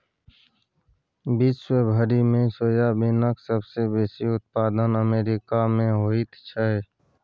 विश्व भरिमे सोयाबीनक सबसे बेसी उत्पादन अमेरिकामे होइत छै